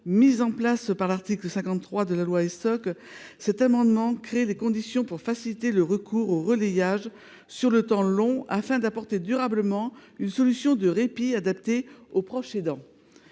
société de confiance, dite loi Essoc, cet amendement vise à créer les conditions pour faciliter le recours au relayage sur le temps long afin d’apporter durablement une solution de répit adaptée aux proches aidants.